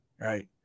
right